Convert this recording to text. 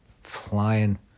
flying